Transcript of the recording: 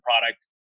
product